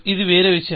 ఇది వేరే విషయం